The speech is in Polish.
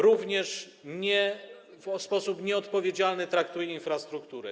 również w sposób nieodpowiedzialny traktuje infrastrukturę.